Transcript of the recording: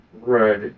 Right